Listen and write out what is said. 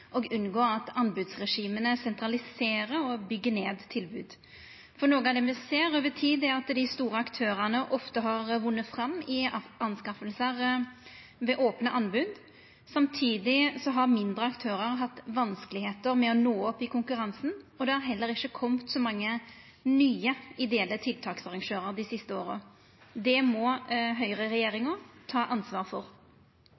og unngå anbudsregimer som sentraliserer og bygger ned tilbud». Noko av det me ser over tid, er at dei store aktørane ofte har vunne fram i anskaffingar ved opne anbod. Samtidig har mindre aktørar hatt vanskeleg for å nå opp i konkurransen. Og det har heller ikkje kome så mange nye ideelle tiltaksarrangørar dei siste åra. Det må